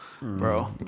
Bro